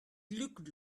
looked